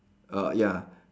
ah ya